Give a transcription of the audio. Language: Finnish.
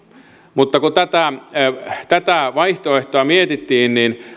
mutta kun tätä tätä vaihtoehtoa mietittiin niin